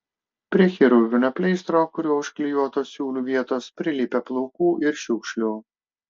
prie chirurginio pleistro kuriuo užklijuotos siūlių vietos prilipę plaukų ir šiukšlių